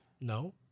No